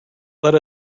let